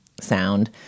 sound